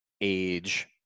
age